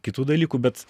kitų dalykų bet